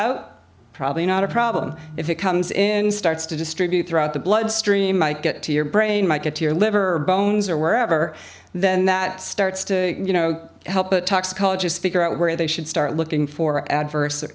out probably not a problem if it comes in starts to distribute throughout the bloodstream might get to your brain might get to your liver or bones or wherever then that starts to you know help a toxicologist figure out where they should start looking for adverse